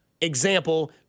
Example